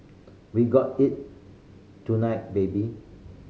we got it tonight baby